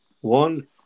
one